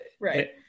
right